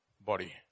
body